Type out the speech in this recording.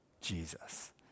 Jesus